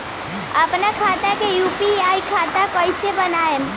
आपन खाता के यू.पी.आई खाता कईसे बनाएम?